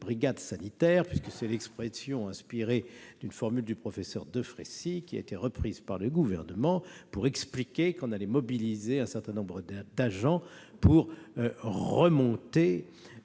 brigades sanitaires », expression inspirée d'une formule du professeur Delfraissy, reprise par le Gouvernement pour expliquer qu'on allait mobiliser un certain nombre d'agents afin de remonter